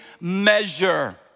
measure